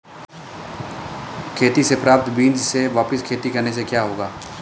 खेती से प्राप्त बीज से वापिस खेती करने से क्या होगा?